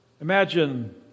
Imagine